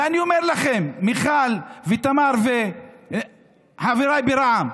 ואני אומר לכם, מיכל ותמר וחבריי ברע"מ,